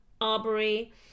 Arbery